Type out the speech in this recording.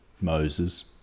Moses